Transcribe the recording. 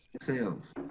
sales